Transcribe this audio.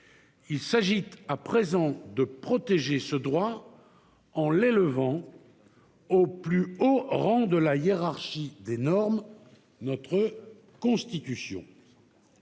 Il s'agit à présent de protéger ce droit en l'élevant au plus haut rang de la hiérarchie des normes, à savoir notre Constitution.